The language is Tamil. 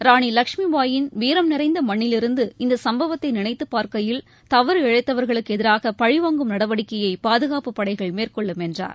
ராணி லஷ்மிபாயின் வீரம் நிறைந்த மண்ணிலிருந்து இந்த சம்பவத்தை நினைத்துப் பார்க்கையில் தவறு இளழத்தவர்களுக்கு எதிராக பழிவாங்கும் நடவடிக்கையை பாதுகாப்பு படைகள் மேற்கொள்ளும் என்றார்